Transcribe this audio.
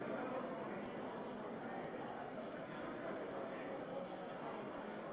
והוקעתה של שנאת האחר באות לידי ביטוי במדיניות שלך,